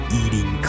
eating